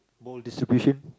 ball distribution